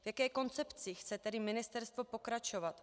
V jaké koncepci chce tedy ministerstvo pokračovat?